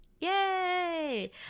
Yay